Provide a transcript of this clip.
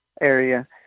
area